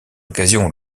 occasion